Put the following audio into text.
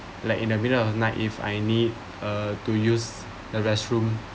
like in the middle of night if I need uh to use the restroom